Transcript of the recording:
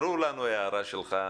ברורה לנו ההערה שלך.